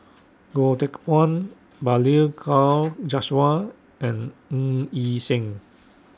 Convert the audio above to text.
Goh Teck Phuan Balli Kaur Jaswal and Ng Yi Sheng